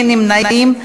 אין נמנעים.